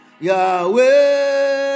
Yahweh